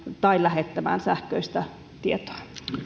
tai lähettämään sähköistä tietoa